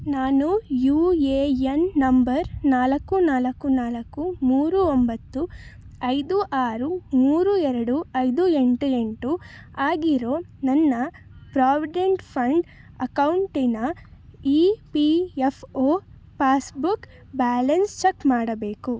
ನಾನು U A N number ನಾಲ್ಕು ನಾಲ್ಕು ನಾಲ್ಕು ಮೂರು ಒಂಬತ್ತು ಐದು ಆರು ಮೂರು ಎರಡು ಐದು ಎಂಟು ಎಂಟು ಆಗಿರೋ ನನ್ನ ಪ್ರಾವಿಡೆಂಟ್ ಫಂಡ್ ಅಕೌಂಟಿನ E P F O passbook balance check ಮಾಡಬೇಕು